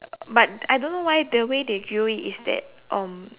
but I don't know why the way they grill it is that um